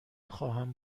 خواهم